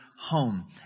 home